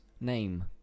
name